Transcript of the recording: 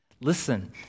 Listen